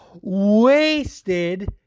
wasted